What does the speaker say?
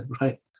Right